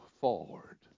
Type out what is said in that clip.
forward